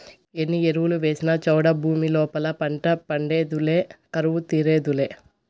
ఎన్ని ఎరువులు వేసినా చౌడు భూమి లోపల పంట పండేదులే కరువు తీరేదులే